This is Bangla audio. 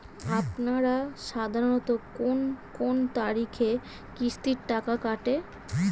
আপনারা সাধারণত কোন কোন তারিখে কিস্তির টাকা কাটে?